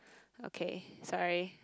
okay sorry